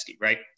right